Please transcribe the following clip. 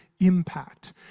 impact